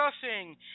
discussing